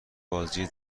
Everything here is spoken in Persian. بازی